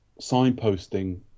signposting